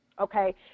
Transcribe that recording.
Okay